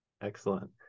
excellent